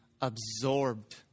absorbed